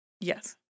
Yes